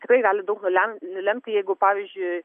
tikrai gali daug nulem lemti jeigu pavyzdžiui